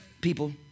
people